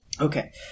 Okay